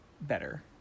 better